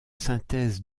synthèse